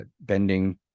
bending